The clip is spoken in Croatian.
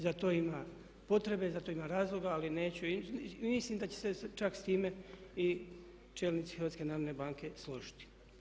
Za to ima potrebe, za to ima razloga ali mislim da će se tak s time i čelnici HNB-a složiti.